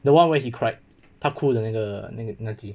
the [one] where he cried 他哭的那个那个那集